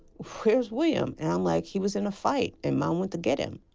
where is william? and i'm like, he was in a fight and mom went to get him.